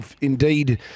indeed